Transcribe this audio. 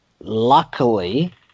Luckily